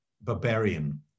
Barbarian